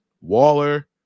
Waller